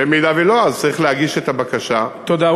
במידה שלא, אז צריך להגיש את הבקשה, תודה.